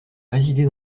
résider